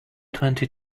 twenty